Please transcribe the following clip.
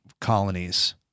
colonies